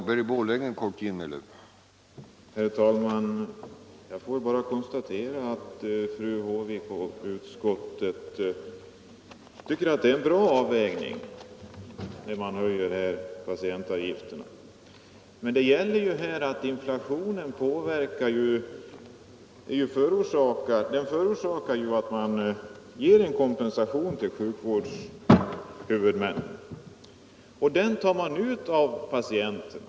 Herr talman! Jag får bara konstatera att fru Håvik och utskottet tycker att höjningen av patientavgifterna är en bra avvägning. Inflationen nödvändiggör en kompensation till sjukvårdshuvudmännen, och den kompensationen tar man ut av patienterna.